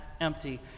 empty